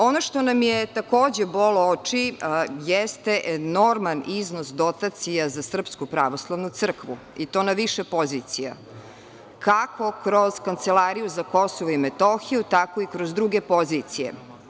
Ono što nam je takođe bolo oči jeste enorman iznos dotacija za Srpsku pravoslavnu crkvu, i to na više pozicija, kako kroz Kancelariju za KiM, tako i kroz druge pozicije.